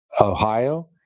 Ohio